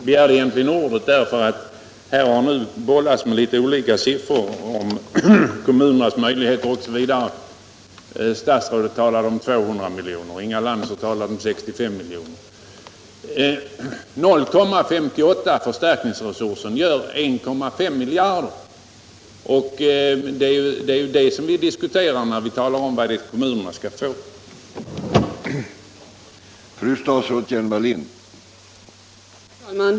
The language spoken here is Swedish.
Herr talman! Jag begärde egentligen ordet med anledning av att det här har bollats med olika siffror i vad gäller kommunernas möjligheter. Statsrådet talade om 200 milj.kr. och Inga Lantz om 65 milj.kr. Förstärkningsresursen 0,58 gör 1,5 miljarder kronor, och det är det saken gäller när vi talar om vad kommunerna skall få utav förstärkningsresursen.